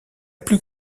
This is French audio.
plus